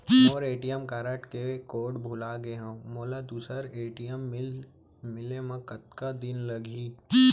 मोर ATM card के code भुला गे हव, मोला दूसर ए.टी.एम मिले म कतका दिन लागही?